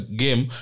game